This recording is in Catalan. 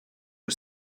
que